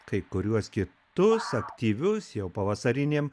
kai kuriuos kitus aktyvius jau pavasarinėm